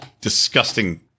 disgusting